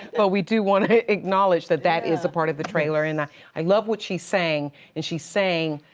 but we do want to acknowledge that that is a part of the trailer and i love what she's saying and she's saying,